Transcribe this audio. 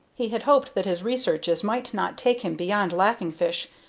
he had hoped that his researches might not take him beyond laughing fish,